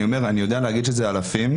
אני יודע להגיד שזה אלפים.